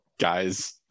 Guys